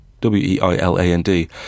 W-E-I-L-A-N-D